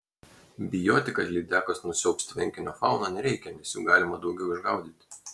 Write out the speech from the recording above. bijoti kad lydekos nusiaubs tvenkinio fauną nereikia nes jų galima daugiau išgaudyti